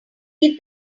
eat